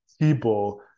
people